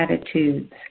attitudes